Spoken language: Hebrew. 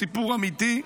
סיפור אמיתי.